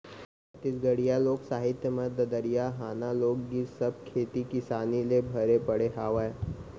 छत्तीसगढ़ी लोक साहित्य म ददरिया, हाना, लोकगीत सब खेती किसानी ले भरे पड़े हावय